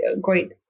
great